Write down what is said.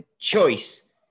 choice